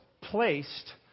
placed